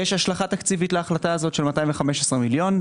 יש השלכה תקציבית להחלטה הזו של 215 מיליון,